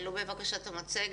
נדבר בקצרה על חוק המועצה